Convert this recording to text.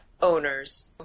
Owners